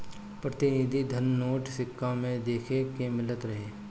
प्रतिनिधि धन नोट, सिक्का में देखे के मिलत रहे